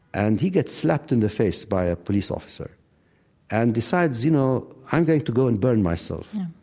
and he gets slapped in the face by a police officer and decides, you know, i'm going to go and burn myself.